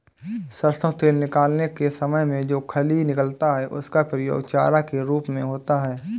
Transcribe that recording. सरसों तेल निकालने के समय में जो खली निकलता है उसका प्रयोग चारा के रूप में होता है